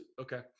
Okay